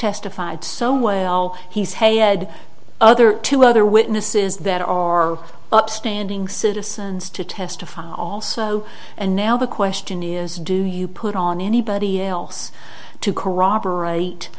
testified so well he's had other two other witnesses that are upstanding citizens to testify also and now the question is do you put on anybody else to corroborate